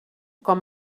com